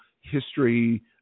history